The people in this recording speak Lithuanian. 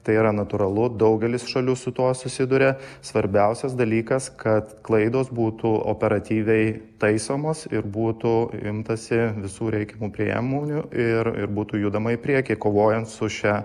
tai yra natūralu daugelis šalių su tuo susiduria svarbiausias dalykas kad klaidos būtų operatyviai taisomos ir būtų imtasi visų reikiamų priemonių ir ir būtų judama į priekį kovojant su šia